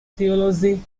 theology